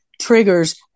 triggers